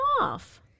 off